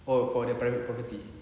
oh for the private property